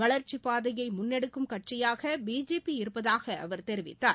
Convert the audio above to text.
வளர்ச்சிப் பாதையை முன்னெடுக்கும் கட்சியாக பிஜேபி இருப்பதாக அவர் தெரிவித்தார்